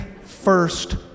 first